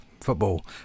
football